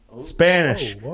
Spanish